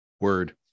Word